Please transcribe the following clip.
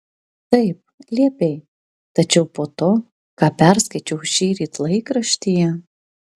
taip liepei tačiau po to ką perskaičiau šįryt laikraštyje